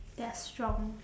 they're strong